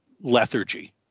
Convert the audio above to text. lethargy